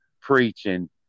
preaching